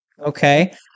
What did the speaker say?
Okay